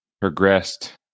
progressed